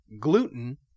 gluten